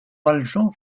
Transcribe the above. valjean